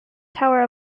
tower